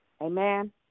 Amen